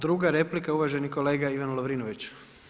Druga replika je uvaženi kolega Ivan Lovrinović.